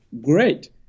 Great